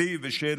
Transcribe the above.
שלי ושל